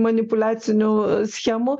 manipuliacinių schemų